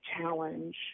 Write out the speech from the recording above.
challenge